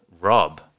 Rob